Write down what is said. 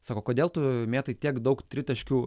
sako kodėl tu mėtai tiek daug tritaškių